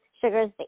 sugars